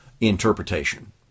interpretation